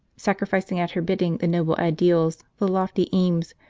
sacrificing at her bidding the noble ideals, the lofty aims,